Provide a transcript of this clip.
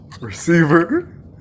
Receiver